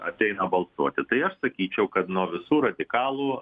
ateina balsuoti tai aš sakyčiau kad nuo visų radikalų